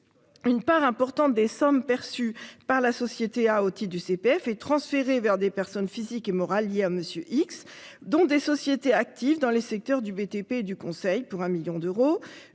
Une part importante des sommes perçues par la société a aussi du CPF et transféré vers des personnes physiques et morales liées à Monsieur X dont des sociétés actives dans les secteurs du BTP du Conseil pour un million d'euros,